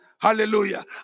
Hallelujah